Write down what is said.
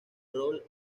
rol